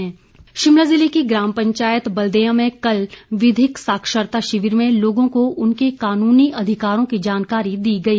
विधिक साक्षरता शिमला ज़िले की ग्राम पंचायत बल्देयां में कल विधिक साक्षरता शिविर में लोगों को उनके कानूनी अधिकारों की जानकारी दी गई